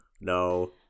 No